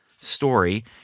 story